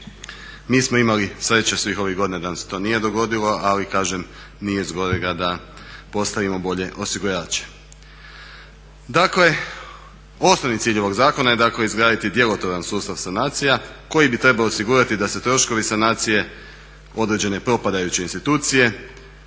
Mi smo imali sreće svih ovih godina da nam se to nije dogodilo ali kažem nije zgorega da postavimo bolje osigurače. Dakle, osnovni cilj ovog zakona je dakle izgraditi djelotvoran sustav sanacija koji bi trebao osigurati da se troškovi sanacije određene propadajuće institucije